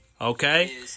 Okay